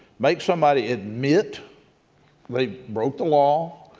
make somebody admit they broke the law,